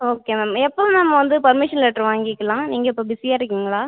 okay ma'am எப்போ ma'am வந்து permission letter வாங்கிக்கலாம் நீங்கள் இப்போ பிஸியாக இருக்கீங்களா